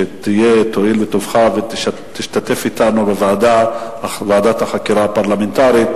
שתואיל בטובך ותשתתף אתנו בוועדת החקירה הפרלמנטרית,